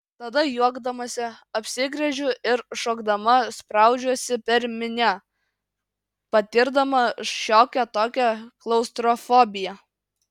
tada juokdamasi apsigręžiu ir šokdama spraudžiuosi per minią patirdama šiokią tokią klaustrofobiją